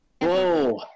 Whoa